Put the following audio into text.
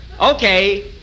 Okay